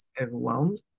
overwhelmed